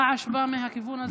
הרעש בא מהכיוון הזה.